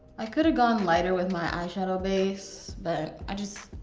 i could've gone lighter with my eyeshadow base, but i just.